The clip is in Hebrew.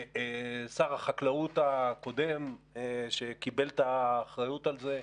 ושר החקלאות הקודם, שקיבל את האחריות על זה,